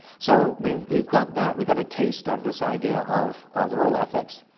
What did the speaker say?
so we've we've got that. we've got a taste of this idea of of role ethics.